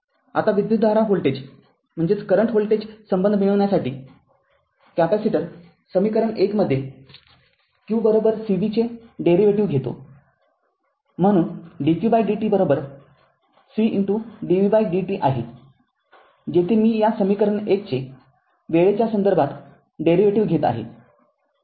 आता विद्युतधारा व्होल्टेज संबंध मिळविण्यासाठी कॅपेसिटर समीकरण १ मध्ये q c v चे डेरिव्हेटिव्ह घेतो म्हणून dqdt c dvdt आहे जेथे मी या समीकरण १ चे वेळेच्या संदर्भात डेरिव्हेटिव्ह घेत आहे